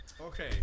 Okay